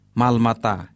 malmata